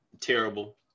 terrible